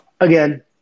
Again